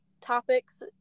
topics